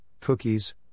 cookies